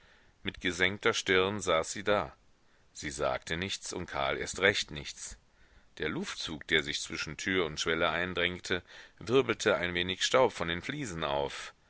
mit gesenkter stirn saß sie da sie sagte nichts und karl erst recht nichts der luftzug der sich zwischen tür und schwelle eindrängte wirbelte ein wenig staub von den fliesen auf